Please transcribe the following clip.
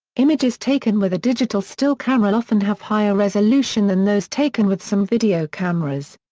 images taken with a digital still camera often have higher resolution than those taken with some video cameras.